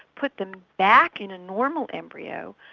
put them back in a normal embryo,